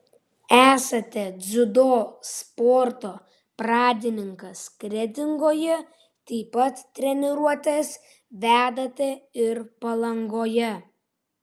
esate dziudo sporto pradininkas kretingoje taip pat treniruotes vedate ir palangoje